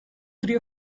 three